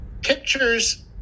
pictures